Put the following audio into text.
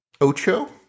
Ocho